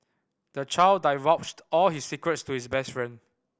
the child divulged all his secrets to his best friend